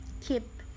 Keep